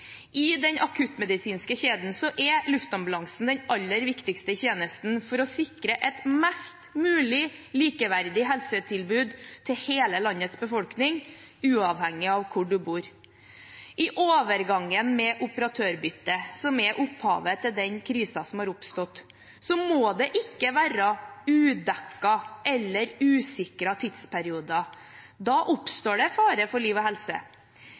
I den akuttmedisinske kjeden er luftambulansen den aller viktigste tjenesten for å sikre et mest mulig likeverdig helsetilbud til hele landets befolkning, uavhengig av hvor man bor. I overgangen med operatørbyttet, som er opphavet til krisen som har oppstått, må det ikke være udekkede eller usikrede tidsperioder. Da oppstår det fare for liv og helse.